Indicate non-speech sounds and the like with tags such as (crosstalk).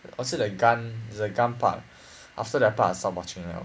(noise) was it the gun the gun part after that part I stop watching liao